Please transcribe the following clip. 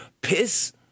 piss